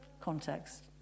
context